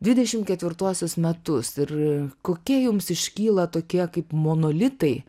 dvidešim ketvirtuosius metus ir kokie jums iškyla tokie kaip monolitai